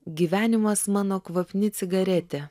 gyvenimas mano kvapni cigaretė